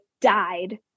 died